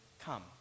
Come